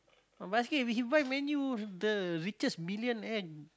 the basket he buy menu the richest millionaire